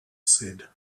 said